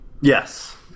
Yes